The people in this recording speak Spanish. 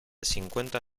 cincuenta